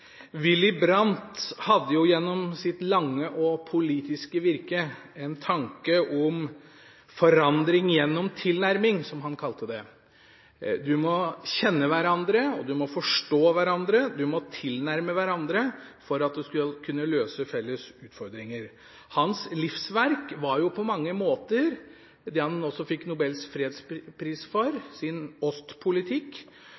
Willy Brandt hadde gjennom sitt lange og politiske virke en tanke om «forandring gjennom tilnærming», som han kalte det – en må kjenne hverandre, en må forstå hverandre, en må tilnærme seg hverandre for å kunne løse felles utfordringer. Brandts livsverk var jo på mange måter hans «Ostpolitik», som han også fikk Nobels fredspris